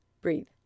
breathe